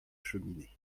cheminée